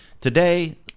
Today